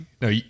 no